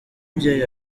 mubyeyi